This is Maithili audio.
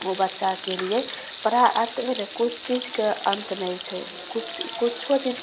ओ बच्चाके लिए पढ़ाइ अन्त भेलै किछु चीजके अन्त नहि छै किछु किछु चीज